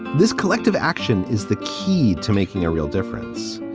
this collective action is the key to making a real difference.